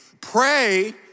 pray